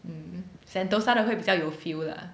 mm sentosa 的会比较有 feel lah